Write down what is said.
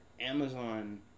Amazon